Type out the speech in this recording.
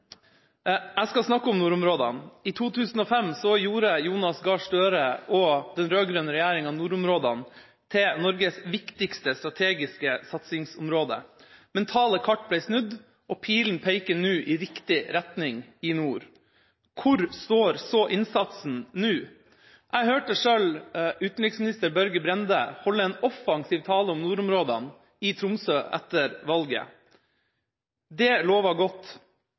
Jeg skal snakke om nordområdene. I 2005 gjorde Jonas Gahr Støre og den rød-grønne regjeringa nordområdene til Norges viktigste strategiske satsingsområde. Mentale kart ble snudd, og pilen peker nå i riktig retning i nord. Hvor står så innsatsen nå? Jeg hørte selv utenriksminister Børge Brende holde en offensiv tale om nordområdene i Tromsø etter valget. Det lovet godt.